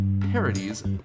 parodies